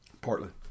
Portland